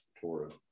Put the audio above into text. Torah